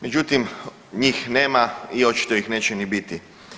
Međutim, njih nema i očito ih neće ni biti.